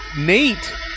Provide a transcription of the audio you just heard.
Nate